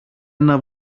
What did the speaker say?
ένα